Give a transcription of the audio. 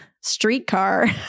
Streetcar